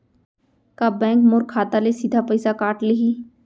का बैंक मोर खाता ले सीधा पइसा काट लिही?